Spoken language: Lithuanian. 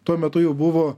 tuo metu jau buvo